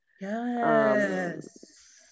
yes